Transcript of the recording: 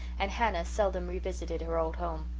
and hannah seldom revisited her old home.